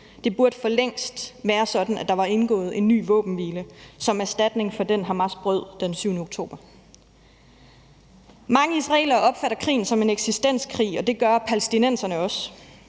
Det burde for længst være sådan, at der var indgået en ny våbenhvile som erstatning for den, Hamas brød den 7. oktober. Mange israelere opfatter krigen som en eksistenskrig, og det gør palæstinenserne også.